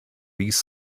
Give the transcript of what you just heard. these